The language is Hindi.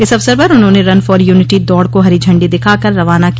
इस अवसर पर उन्होंने रन फॉर यूनिटी दौड़ को हरी झंडी दिखा कर रवाना किया